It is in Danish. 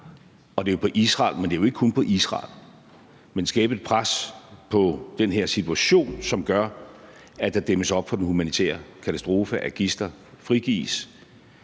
og det er jo på Israel, men det er ikke kun på Israel – på den her situation, som gør, at der dæmmes op for den humanitære katastrofe, at gidsler frigives,